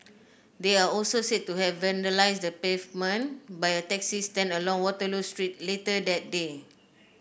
they are also said to have vandalised the pavement by a taxi stand along Waterloo Street later that day